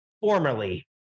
formerly